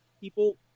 people